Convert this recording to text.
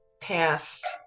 past